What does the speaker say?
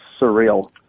surreal